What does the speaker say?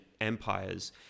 empires